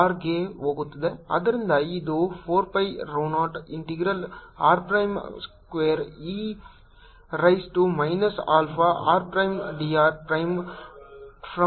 ಆದ್ದರಿಂದ ಇದು 4 pi rho 0 integral r prime square e raise to minus alpha r prime d r prime from 0 to r